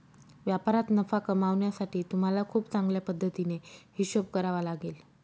व्यापारात नफा कमावण्यासाठी तुम्हाला खूप चांगल्या पद्धतीने हिशोब करावा लागेल